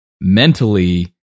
mentally